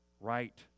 right